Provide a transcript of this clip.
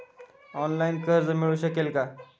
Online कर्ज मिळू शकेल का?